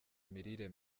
imirire